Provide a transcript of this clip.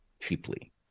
cheaply